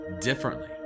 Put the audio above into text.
differently